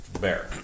Bear